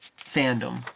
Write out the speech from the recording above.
fandom